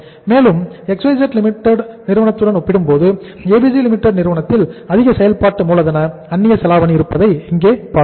மேலும் XYZ Limited நிறுவனத்துடன் ஒப்பிடும்போது ABC Limited நிறுவனத்தில் அதிக செயல்பாட்டு மூலதன அந்நியச்செலாவணி இருப்பதை இங்கே பார்த்தோம்